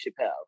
Chappelle